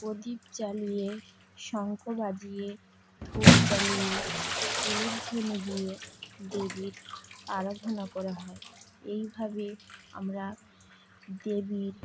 প্রদীপ জ্বালিয়ে শঙ্খ বাজিয়ে ধূপ জ্বালিয়ে উলুধ্বনি দিয়ে দেবীর আরাধনা করা হয় এইভাবে আমরা দেবীর